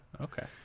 Okay